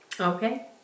Okay